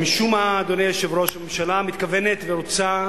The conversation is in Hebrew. משום מה, אדוני היושב-ראש, הממשלה מתכוונת ורוצה